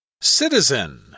Citizen